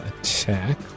attack